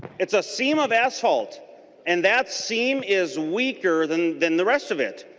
it's a seam of asphalt and that seam is weaker than than the rest of it.